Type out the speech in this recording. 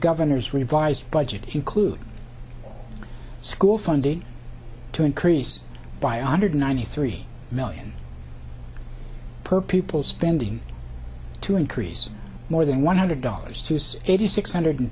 governor's revised budget including school funding to increase by honored ninety three million per people spending to increase more than one hundred dollars to us eighty six hundred